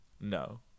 No